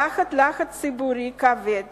תחת לחץ ציבורי כבד